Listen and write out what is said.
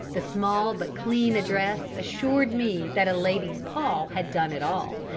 the small but clean address assured me that a lady's paw had done it all,